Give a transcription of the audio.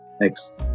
Thanks